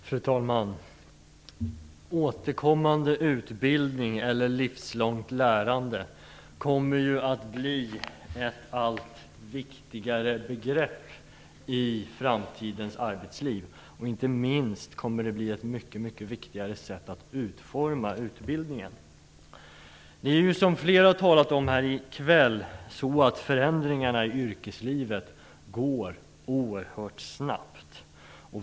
Fru talman! Återkommande utbildning, eller livslångt lärande, kommer att bli ett allt viktigare begrepp i framtidens arbetsliv. Inte minst kommer det också att bli ett mycket viktigare sätt att utforma utbildningen på. Som flera har talat om här i kväll sker förändringarna i yrkeslivet oerhört snabbt.